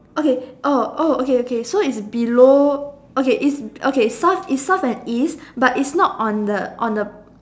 okay oh oh okay okay so is below okay is okay starts it starts with East but is not on the on the